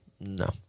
No